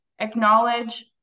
acknowledge